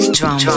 drum